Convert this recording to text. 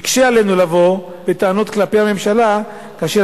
יקשה עלינו לבוא בטענות כלפי הממשלה כאשר